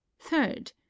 Third